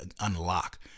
unlock